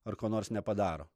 ar ko nors nepadaro